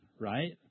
Right